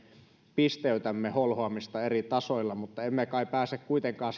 pisteytämme holhoamista eri tasoilla mutta emme kai pääse kuitenkaan